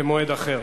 במועד אחר.